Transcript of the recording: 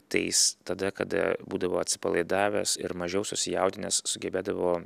tai jis tada kada būdavo atsipalaidavęs ir mažiau susijaudinęs sugebėdavo